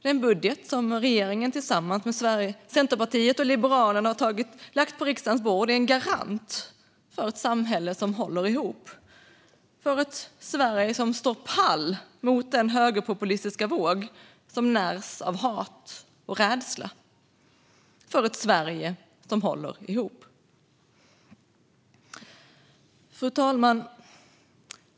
Den budget som regeringen tillsammans med Centerpartiet och Liberalerna har lagt på riksdagens bord är en garant för ett samhälle som håller ihop, för ett Sverige som står pall mot den högerpopulistiska våg som närs av hat och rädsla, för ett Sverige som håller ihop. Fru talman!